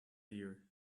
ear